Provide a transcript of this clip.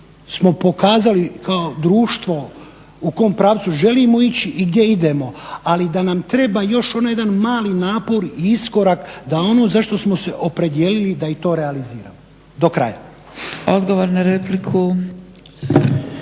smo pokazali kao društvo u kom pravcu želimo ići i gdje idemo ali da nam treba još onaj jedan mali napor i iskorak da ono za što smo se opredijelili da i to realiziramo do kraja. **Zgrebec,